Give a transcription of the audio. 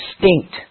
distinct